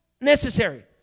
necessary